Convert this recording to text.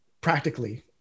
Practically